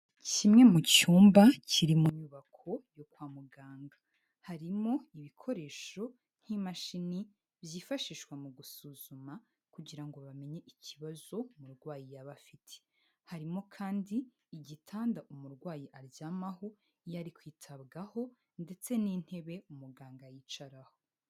Kimwe mu cyumba kiri mu nyubako yo kwa muganga, harimo ibikoresho nk'imashini, byifashishwa mu gusuzuma kugira ngo bamenye ikibazo umurwayi yaba afite, harimo kandi igitanda umurwayi aryamaho iyo ari kwitabwaho ndetse n'intebe umuganga yicaraho.